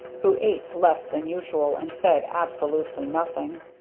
who ate less than usual, and said absolutely nothing.